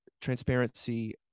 transparency